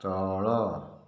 ତଳ